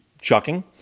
chucking